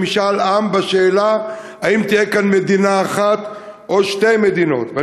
למשאל עם בשאלה אם תהיה כאן מדינה אחת או יהיו שתי מדינות.